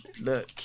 Look